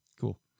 Cool